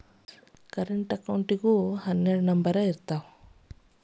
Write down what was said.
current ಅಕೌಂಟಿಗೂ ಹನ್ನೆರಡ್ number ಇರ್ತಾವ